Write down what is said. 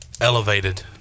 elevated